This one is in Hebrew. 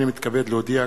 הנני מתכבד להודיע,